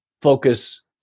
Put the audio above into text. focus